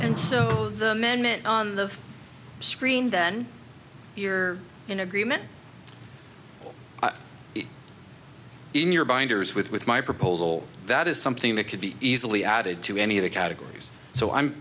and so the amendment on the screen then you're in agreement in your binders with with my proposal that is something that could be easily added to any of the categories so